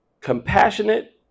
compassionate